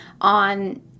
on